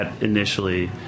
initially